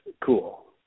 cool